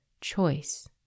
choice